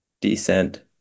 descent